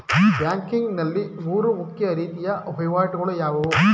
Banking ನಲ್ಲಿ ಮೂರು ಮುಖ್ಯ ರೀತಿಯ ವಹಿವಾಟುಗಳು ಯಾವುವು?